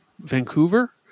Vancouver